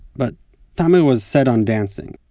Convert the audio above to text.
but tamer was set on dancing.